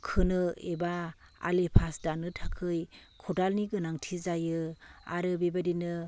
खोनो एबा आलि फास दाननो थाखाय खदालनि गोनांथि जायो आरो बेबायदिनो